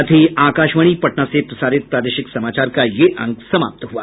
इसके साथ ही आकाशवाणी पटना से प्रसारित प्रादेशिक समाचार का ये अंक समाप्त हुआ